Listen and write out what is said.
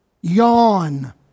Yawn